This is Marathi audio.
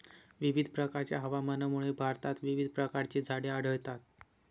विविध प्रकारच्या हवामानामुळे भारतात विविध प्रकारची झाडे आढळतात